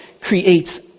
creates